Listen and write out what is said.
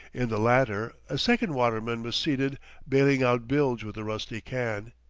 in the latter a second waterman was seated bailing out bilge with a rusty can.